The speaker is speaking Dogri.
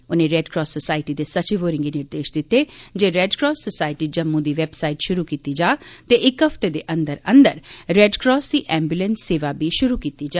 उनें रेड क्रास सोसायटी दे सचिव होरें'गी निर्देश दित्ते जे रेड क्रास सोसायटी जम्मू दी वैबसाईट श्रु कीती जा ते इक हफ्ते दे अंदर अंदर रेड क्रास दी एम्ब्लैंस सेवा बी श्रु कीती जा